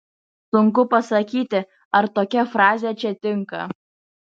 sunku pasakyti ar tokia frazė čia tinka